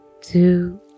two